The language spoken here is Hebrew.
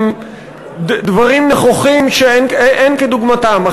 הם דברים נכוחים שאין כדוגמתם.